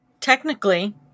Technically